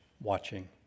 watching